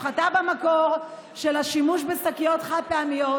הפחתה במקור של השימוש בשקיות חד-פעמיות